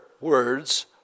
words